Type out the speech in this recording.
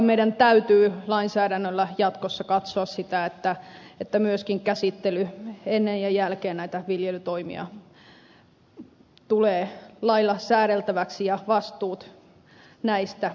meidän täytyy lainsäädännöllä jatkossa katsoa sitä että myöskin käsittely ennen ja jälkeen näitä viljelytoimia tulee lailla säädeltäväksi ja vastuut näistä määritellään